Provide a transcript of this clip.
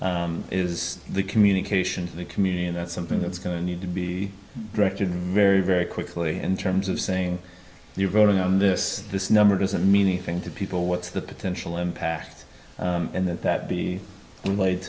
is the communication to the community and that's something that's going to need to be directed very very quickly in terms of saying you're voting on this this number doesn't mean anything to people what's the potential impact and that that be